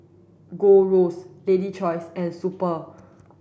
Gold Roast Lady's Choice and Super